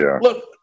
Look